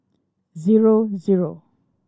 zero zero